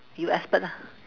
you expert ah